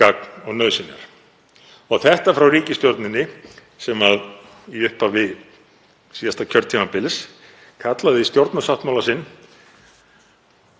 kemur frá ríkisstjórninni sem í upphafi síðasta kjörtímabils kallaði stjórnarsáttmála sinn